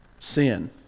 Sin